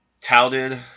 touted